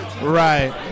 Right